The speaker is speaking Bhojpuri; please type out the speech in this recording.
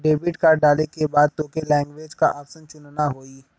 डेबिट कार्ड डाले के बाद तोके लैंग्वेज क ऑप्शन चुनना होई